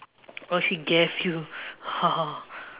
oh she gave you